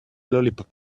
lollipop